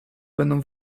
będą